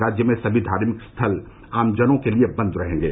राज्य में सभी धार्मिक स्थल आमजनों के लिए बन्द रहेंगे